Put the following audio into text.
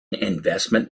investment